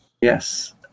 Yes